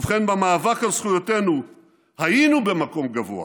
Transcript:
ובכן, במאבק על זכויותינו היינו במקום גבוה,